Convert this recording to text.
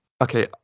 okay